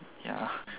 ya